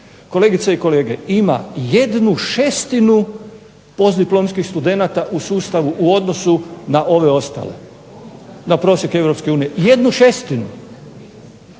kolegice i kolege ima jednu šestinu postdiplomskih studenata u sustavu u odnosu na ove ostale, na prosjek Europske